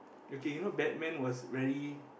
okay you know Batman was very